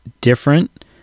different